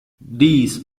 these